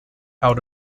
out